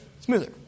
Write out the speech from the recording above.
smoother